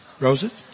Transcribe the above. Roses